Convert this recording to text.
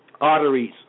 arteries